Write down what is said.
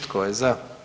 Tko je za?